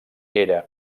era